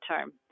term